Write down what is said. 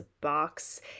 box